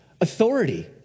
authority